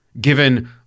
Given